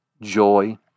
joy